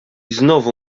znowu